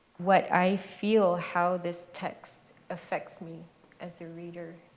what i feel how this text affects me as a reader.